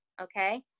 Okay